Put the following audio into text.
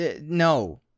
no